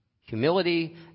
Humility